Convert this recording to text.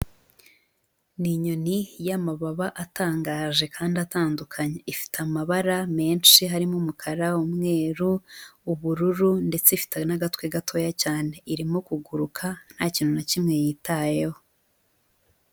Ni inyoni y'amababa atangaje kandi atandukanye, ifite amabara menshi harimo umukara, umweru, ubururu ndetse ifite n'agatwe gatoya cyane, irimo kuguruka nta kintu na kimwe yitayeho.